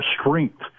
strength